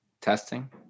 Testing